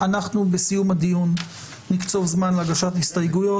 בסיום הדיון נקצוב זמן להגשת הסתייגויות.